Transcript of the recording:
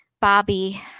Bobby